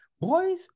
boys